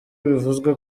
bivuzwe